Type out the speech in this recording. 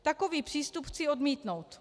Takový přístup chci odmítnout.